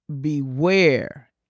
beware